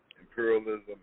imperialism